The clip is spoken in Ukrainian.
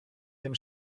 тим